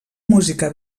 música